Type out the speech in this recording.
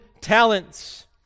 talents